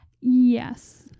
Yes